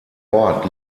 ort